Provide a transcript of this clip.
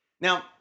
Now